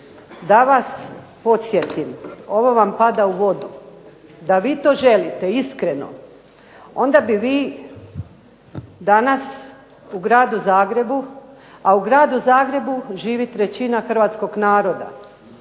da vas podsjetim, ovo vam pada u vodu. Da vi to želite iskreno, onda bi vi danas u gradu Zagrebu, a u gradu Zagreba živi trećina hrvatskog naroda,